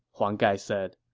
huang gai said.